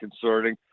concerning